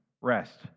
rest